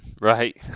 Right